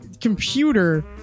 computer